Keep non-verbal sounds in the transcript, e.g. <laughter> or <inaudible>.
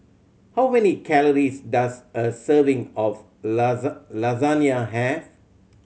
how many calories does a serving of <unintelligible> Lasagna have